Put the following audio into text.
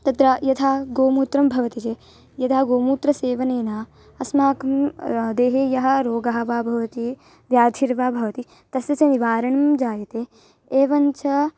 तत्र यथा गोमूत्रं भवति चेत् यदा गोमूत्रसेवनेन अस्माकं देहे यः रोगः वा भवति व्याधिर्वा भवति तस्य च निवारणं जायते एवञ्च